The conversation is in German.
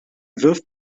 wirft